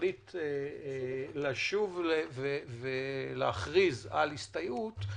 ותחליט לשוב ולהכריז על הסתייעות,